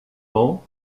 ans